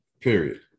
period